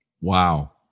Wow